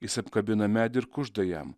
jis apkabina medį ir kužda jam